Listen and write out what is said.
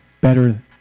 better